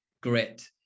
grit